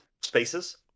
spaces